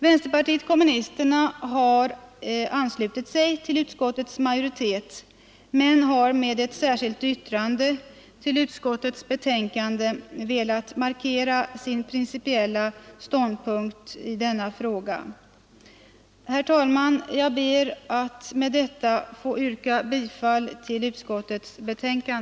Vänsterpartiet kommunisterna har anslutit sig till utskottets majoritet men har med ett särskilt yttrande till utskottets betänkande velat markera sin principiella ståndpunkt i denna fråga. Herr talman! Jag ber att med detta få yrka bifall till utskottets hemställan.